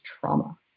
trauma